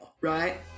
right